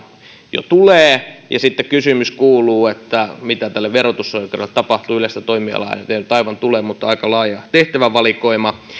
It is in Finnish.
jo tulevat ja sitten kysymys kuuluu mitä tälle verotusoikeudelle tapahtuu yleistä toimialaa nyt ei aivan tule mutta aika laaja tehtävävalikoima